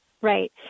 Right